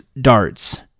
darts